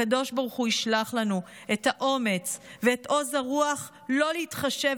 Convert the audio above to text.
הקדוש ברוך הוא ישלח לנו את האומץ ואת עוז הרוח לא להתחשב